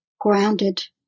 grounded